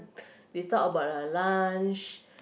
they talk about the lunch